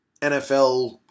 NFL